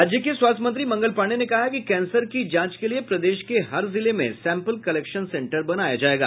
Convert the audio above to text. राज्य के स्वास्थ्य मंत्री मंगल पांडेय ने कहा है कि कैंसर की जांच के लिए प्रदेश के हर जिले में सैम्पल कलेक्शन सेंटर बनाया जायेगा